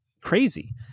crazy